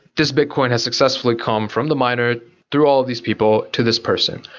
this bitcoin has successfully come from the miner through all these people, to this person.